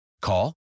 Call